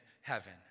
heaven